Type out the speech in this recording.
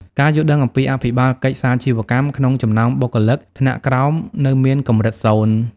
ការយល់ដឹងអំពីអភិបាលកិច្ចសាជីវកម្មក្នុងចំណោមបុគ្គលិកថ្នាក់ក្រោមនៅមានកម្រិតសូន្យ។